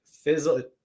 fizzled